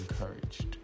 encouraged